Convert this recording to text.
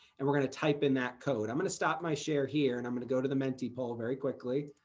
and we're going to type in that code. i'm going to stop my share here. and i'm going to go to the menti poll very quickly.